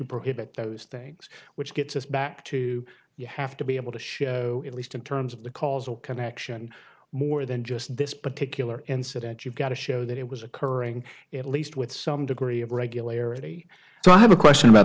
prohibit those things which gets us back to you have to be able to show at least in terms of the causal connection more than just this particular incident you've got to show that it was occurring at least with some degree of regularity so i have a question about